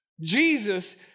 Jesus